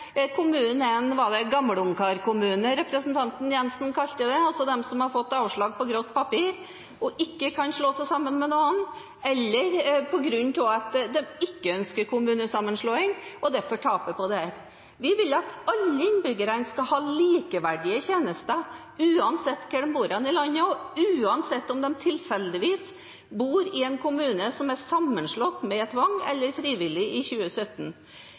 kommunen er en gammelungkarskommune – var det vel representanten Jenssen kalte det, altså de som har fått avslag på grått papir og ikke kan slå seg sammen med andre – eller på grunn av at de ikke ønsker kommunesammenslåing og derfor taper på dette. Vi vil at alle innbyggerne skal ha likeverdige tjenester uansett hvor i landet de bor, og uansett om de tilfeldigvis bor i en kommune som er sammenslått, med tvang eller frivillig, i 2017.